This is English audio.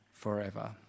Forever